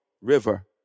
river